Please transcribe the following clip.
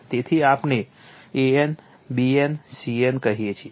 તેથી આપણે a n b n c n કહીએ છીએ